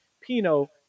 Pino